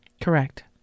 Correct